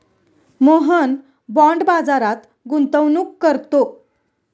Mohan bond बाजारात गुंतवणूक करतो